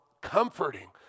comforting